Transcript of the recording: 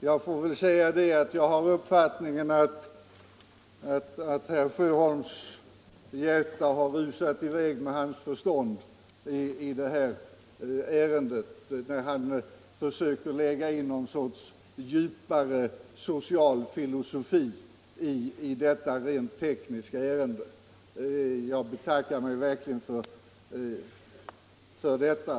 Herr talman! Jag måste säga att herr Sjöholms hjärta rusat i väg med hans förstånd när han försökte väga in någon sorts djupare social filosofi i detta rent tekniska ärende. Jag betackar mig verkligen för detta.